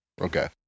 Okay